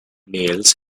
nails